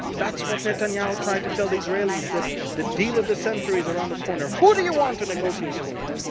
that's what netanyahu tried to tell the israelis that the deal of the century is around the corner. who do you want to negotiate for you?